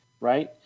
right